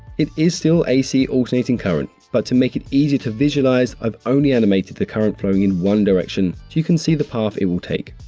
it is still ac alternating current but to make it easier to visualize, i've only animated the current flowing in one direction so you can see the path it will take.